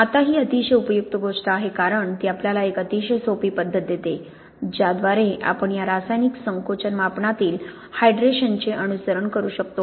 आता ही अतिशय उपयुक्त गोष्ट आहे कारण ती आपल्याला एक अतिशय सोपी पद्धत देते ज्याद्वारे आपण या रासायनिक संकोचन मापनातील हायड्रेशनचे अनुसरण करू शकतो